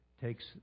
takes